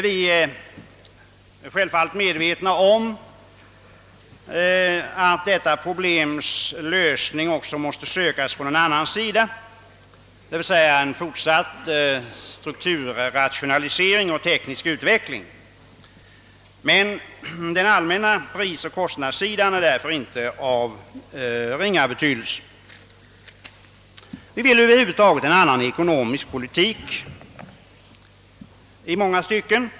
Vi är självfallet medvetna om att lösningen på detta problem måste sökas också på annat håll; jag syftar på en fortsatt strukturrationalisering och teknisk utveckling. Men den allmänna prisoch kostnadsutvecklingen är därför inte av ringa betydelse. Vi vill över huvud taget ha en annan ekonomisk politik i många stycken.